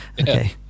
okay